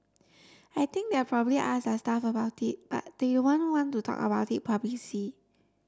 I think they'll probably ask their staff about it but they won't want to talk about it